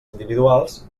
individuals